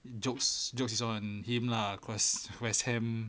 jokes jokes is on him lah cause west ham